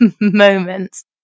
moments